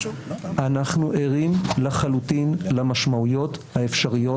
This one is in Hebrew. אנחנו ערים לחלוטין למשמעויות האפשריות